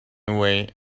away